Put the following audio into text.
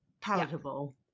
Palatable